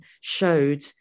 showed